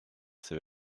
ses